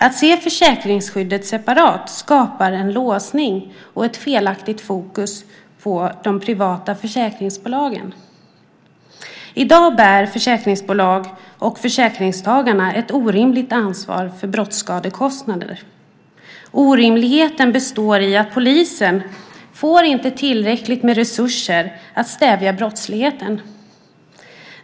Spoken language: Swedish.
Att se försäkringsskyddet separat skapar en låsning och ett felaktigt fokus på de privata försäkringsbolagen. I dag bär försäkringsbolag och försäkringstagare ett orimligt ansvar för brottsskadekostnader. Orimligheten består i att polisen inte får tillräckligt med resurser att stävja brottsligheten.